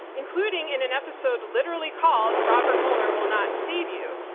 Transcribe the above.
including in an episode literally called robert mueller will not save you.